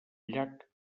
llac